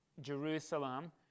Jerusalem